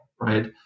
right